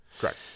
Correct